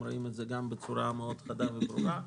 רואים את זה גם בצורה מאוד חדה וברורה,